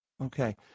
Okay